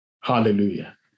Hallelujah